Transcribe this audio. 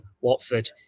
Watford